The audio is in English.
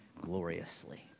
gloriously